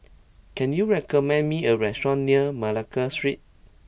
can you recommend me a restaurant near Malacca Street